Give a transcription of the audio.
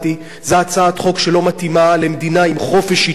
זו הצעת חוק שלא מתאימה למדינה עם חופש עיתונות.